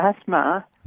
asthma